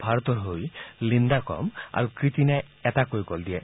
ভাৰতৰ হৈ লিণ্ডাকম আৰু ক্ৰীতিনাই এটাকৈ গল দিয়ে